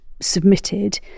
submitted